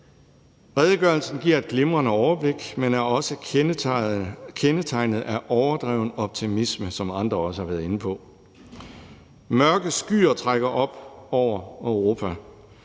redegørelsen giver et glimrende overblik, men også er kendetegnet af overdreven optimisme, som andre også har været inde på. Mørke skyer trækker op over Europa.